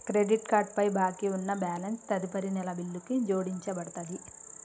credit card పై బాకీ ఉన్న బ్యాలెన్స్ తదుపరి నెల బిల్లుకు జోడించబడతది